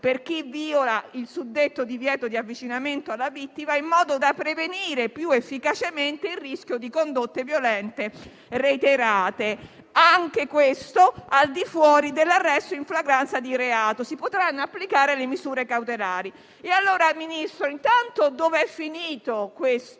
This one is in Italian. per chi viola il suddetto divieto di avvicinamento alla vittima, in modo da prevenire più efficacemente il rischio di condotte violente reiterate; inoltre, al di fuori dell'arresto in flagranza di reato si potranno applicare le misure cautelari. Signor Ministro, intanto dov'è finito questo